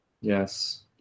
Yes